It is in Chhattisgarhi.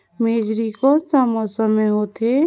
मेझरी कोन सा मौसम मां होथे?